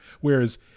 Whereas